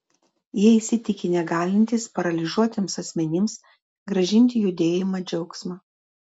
jie įsitikinę galintys paralyžiuotiems asmenims grąžinti judėjimą džiaugsmą